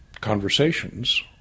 conversations